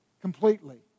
completely